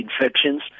infections